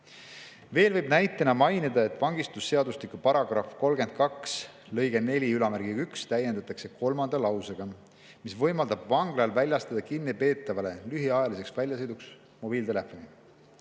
Veel võib näitena mainida, et vangistus[seaduse] § 32 lõiget 41täiendatakse kolmanda lausega, mis võimaldab vanglal väljastada kinnipeetavale lühiajaliseks väljasõiduks mobiiltelefoni.